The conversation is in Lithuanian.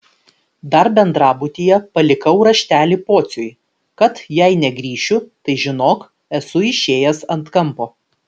dar bendrabutyje palikau raštelį pociui kad jei negrįšiu tai žinok esu išėjęs ant kampo